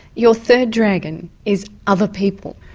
your third dragon is other people.